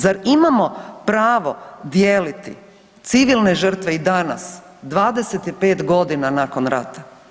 Zar imamo pravo dijeliti civilne žrtve i danas 25 godina nakon rata?